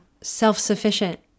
self-sufficient